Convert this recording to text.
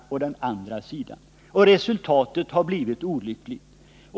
Resultatet har blivit olyckligt.